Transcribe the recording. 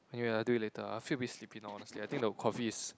anyway I'll do it later lah I feel a bit sleepy now honestly I think the coffee is